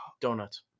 donuts